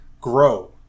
grow